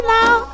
now